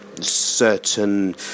certain